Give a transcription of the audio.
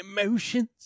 emotions